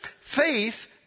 Faith